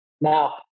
Now